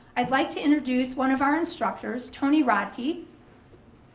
i'd like to introduce one of our instructors, tony rodkey